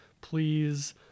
please